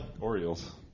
Orioles